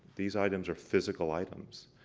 these items are physical items.